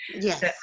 yes